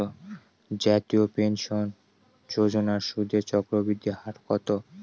জাতীয় পেনশন যোজনার সুদের চক্রবৃদ্ধি হার কত?